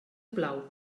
plau